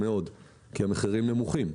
מאוד, כי המחירים נמוכים.